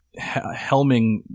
helming